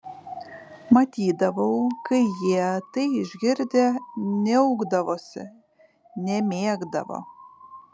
matydavau kai jie tai išgirdę niaukdavosi nemėgdavo